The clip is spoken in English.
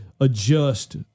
adjust